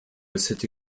city